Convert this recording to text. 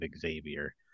Xavier